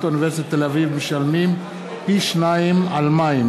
אוניברסיטת תל-אביב המשלמים פי-שניים על מים,